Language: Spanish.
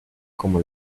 como